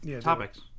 topics